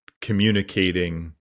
communicating